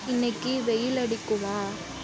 இன்றைக்கு வெயிலடிக்குமா